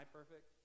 perfect